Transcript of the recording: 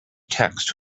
text